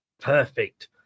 Perfect